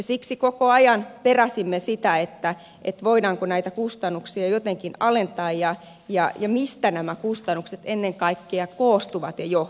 siksi koko ajan peräsimme sitä voidaanko näitä kustannuksia jotenkin alentaa ja mistä nämä kustannukset ennen kaikkea koostuvat ja johtuvat